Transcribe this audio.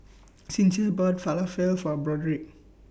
Sincere bought Falafel For Broderick